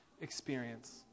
experience